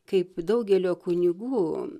kaip daugelio kunigų